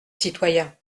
citoyen